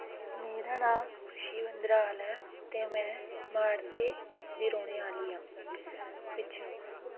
मेरा नांऽ खुशी भंद्राल ऐ ते में माड़ते दी रौह्ने आह्ली आं पिच्छुं